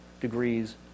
degrees